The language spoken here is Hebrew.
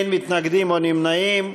אין מתנגדים או נמנעים.